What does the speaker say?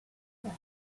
that